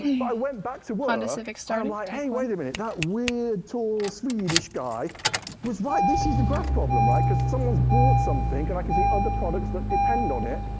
but i went back to work, and i'm like hey, wait a minute, that weird tall swedish guy was right. this is a graph problem, right? because someone's bought something, and i can see other products that depend on it,